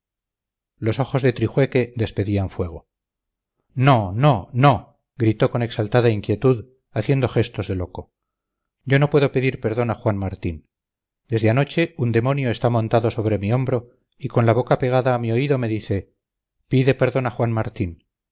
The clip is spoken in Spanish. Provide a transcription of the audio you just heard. los ojos de trijueque despedían fuego no no no gritó con exaltada inquietud haciendo gestos de loco yo no puedo pedir perdón a juan martín desde anoche un demonio está montado sobre mi hombro y con la boca pegada a mi oído me dice pide perdón a juan martín